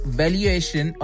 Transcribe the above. valuation